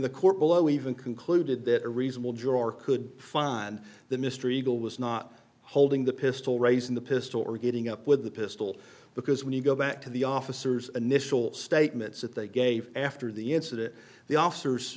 the court below even concluded that a reasonable drawer could find the mystery girl was not holding the pistol raising the pistol or getting up with the pistol because when you go back to the officers initial statements that they gave after the incident the officers